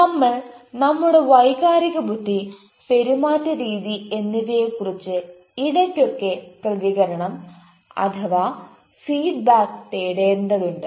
നമ്മൾ നമ്മുടെ വൈകാരിക ബുദ്ധി പെരുമാറ്റ രീതി എന്നിവയെ കുറിച്ച് ഇടക്കൊക്കെ പ്രതികരണം ഫീഡ്ബാക്ക് തേടേണ്ടതുണ്ട്